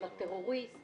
של הטרוריסט.